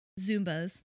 Zumbas